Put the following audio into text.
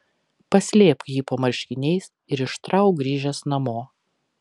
paslėpk jį po marškiniais ir ištrauk grįžęs namo